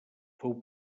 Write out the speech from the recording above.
fou